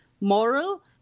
moral